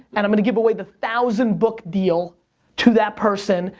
and i'm gonna give away the thousand book deal to that person.